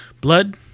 blood